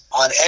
on